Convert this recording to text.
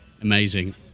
Amazing